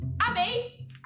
Abby